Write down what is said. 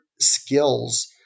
skills